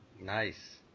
Nice